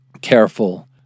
careful